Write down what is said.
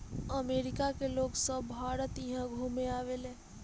अमरिका के लोग सभ भारत इहा घुमे आवेले